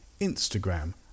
Instagram